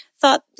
thought